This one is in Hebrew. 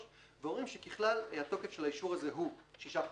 ואומרים שכלל התוקף של האישור הזה הוא ששה חודשים,